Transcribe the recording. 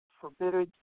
forbidden